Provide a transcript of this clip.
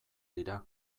dira